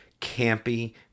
campy